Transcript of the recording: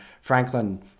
Franklin